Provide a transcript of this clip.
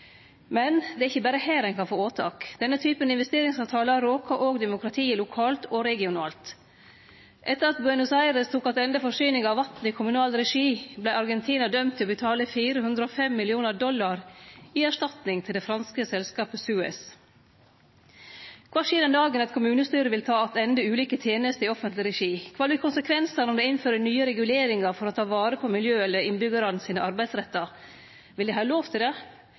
Men det er ikkje berre her ein kan få åtak. Denne typen investeringsavtalar råkar òg demokratiet lokalt og regionalt. Etter at Buenos Aires tok attende forsyninga av vatn i kommunal regi, vart Argentina dømt til å betale 405 mill. dollar i erstatning til det franske selskapet Suez. Kva skjer den dagen eit kommunestyre vil ta attende ulike tenester i offentleg regi? Kva vert konsekvensane om dei innfører nye reguleringar for å ta vare på miljøet eller innbyggjarane sine arbeidsrettar? Vil dei ha lov til det?